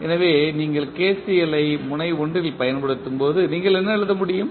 எனவே நீங்கள் KCL ஐ முனை 1 இல் பயன்படுத்தும்போது நீங்கள் என்ன எழுத முடியும்